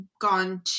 gone